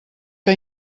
que